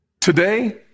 Today